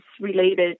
related